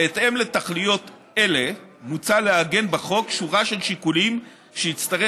בהתאם לתכליות אלה מוצע לעגן בחוק שורה של שיקולים שיצטרך